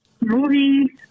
movie